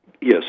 Yes